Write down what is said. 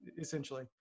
essentially